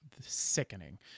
Sickening